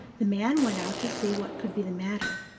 the man went out to see what could be the matter,